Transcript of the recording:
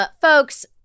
Folks